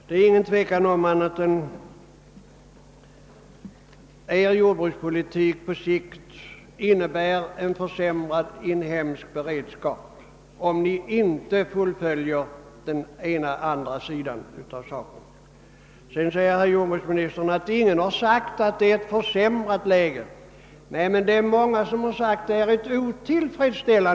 Det är ingen tvekan om att regeringens jordbrukspolitik på sikt kommer att innebära en försämrad inhemsk beredskap, om ni inte fullföljer beredskapssidan av 1967 års beslut. Jordbruksministern säger vidare att ingen har gjort gällande att vi har fått ett försämrat beredskapsläge.